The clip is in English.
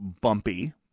bumpy